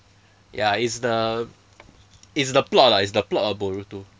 ya it's the it's the plot lah it's the plot of boruto